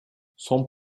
son